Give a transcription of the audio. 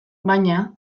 baina